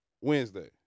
Wednesday